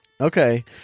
Okay